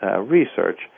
research